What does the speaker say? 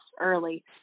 early